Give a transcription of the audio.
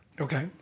Okay